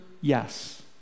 Yes